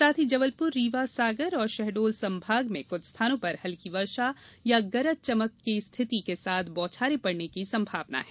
साथ ही जबलपुर रीवा सागर और शहडोल संभाग के कुछ स्थानों पर हल्की वर्षा या गरज चमक की स्थिति के साथ बौछारें पड़ने की संभावना है